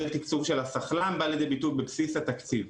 התקצוב של ה- -- בא לידי ביטוי בבסיס התקציב.